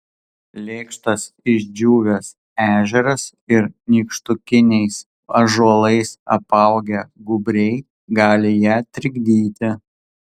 lėkštas išdžiūvęs ežeras ir nykštukiniais ąžuolais apaugę gūbriai gali ją trikdyti